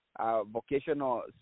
vocational